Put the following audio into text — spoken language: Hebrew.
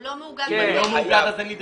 הוא לא מאוגד ולכן אין לי דירקטוריון.